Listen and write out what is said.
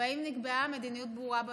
והאם נקבעה מדיניות ברורה בנושא?